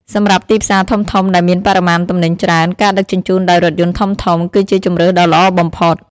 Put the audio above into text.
សម្រាប់ទីផ្សារធំៗដែលមានបរិមាណទំនិញច្រើន ការដឹកជញ្ជូនដោយរថយន្តធំៗគឺជាជម្រើសដ៏ល្អបំផុត។